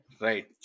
right